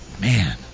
Man